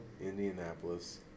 Indianapolis